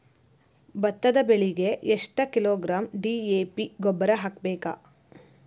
ಭತ್ತದ ಬೆಳಿಗೆ ಎಷ್ಟ ಕಿಲೋಗ್ರಾಂ ಡಿ.ಎ.ಪಿ ಗೊಬ್ಬರ ಹಾಕ್ಬೇಕ?